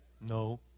no